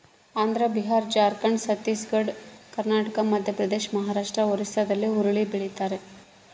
Andhra Bihar Jharkhand Chhattisgarh Karnataka Madhya Pradesh Maharashtra ಒರಿಸ್ಸಾಲ್ಲಿ ಹುರುಳಿ ಬೆಳಿತಾರ